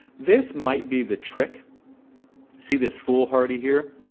this might be the trick see this foolhardy here.